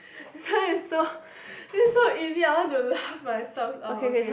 this one is so is so easy I want to laugh myself oh okay